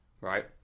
right